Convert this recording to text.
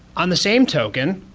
on the same token,